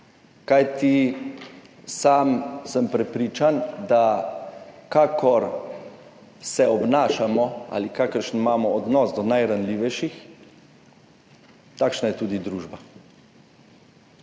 kajti prepričan sem, da kakor se obnašamo ali kakšen imamo odnos do najranljivejših, takšna je tudi družba.